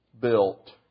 built